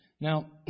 Now